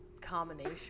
combination